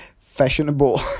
fashionable